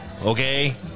okay